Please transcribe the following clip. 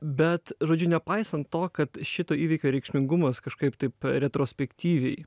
bet žodžiu nepaisant to kad šito įvykio reikšmingumas kažkaip taip retrospektyviai